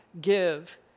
give